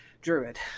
druid